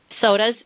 sodas